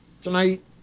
tonight